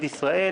ישראל.